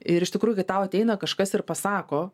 ir iš tikrųjų kai tau ateina kažkas ir pasako